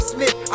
Smith